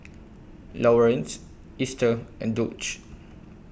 Lawerence Easter and Dulce